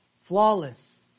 flawless